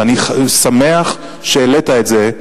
ואני שמח שהעלית את זה,